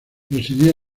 residía